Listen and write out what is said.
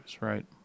right